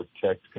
protect